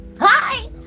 Hi